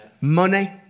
money